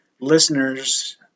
listeners